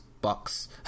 Bucks